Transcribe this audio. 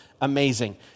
Amazing